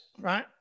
right